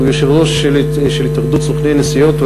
שהוא יו"ר התאחדות סוכני הנסיעות,